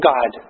God